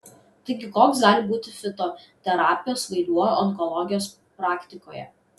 taigi koks gali būti fitoterapijos vaidmuo onkologijos praktikoje